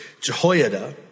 Jehoiada